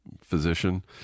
physician